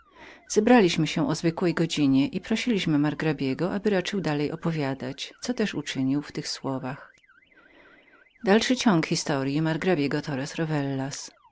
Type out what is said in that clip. zebraliśmy się o zwykłej godzinie i prosiliśmy margrabiego aby raczył dalej opowiadać co też uczynił w tych słowach mówiąc wam